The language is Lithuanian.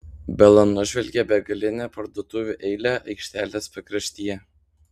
bela nužvelgė begalinę parduotuvių eilę aikštelės pakraštyje